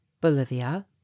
Bolivia